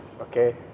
okay